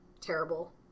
terrible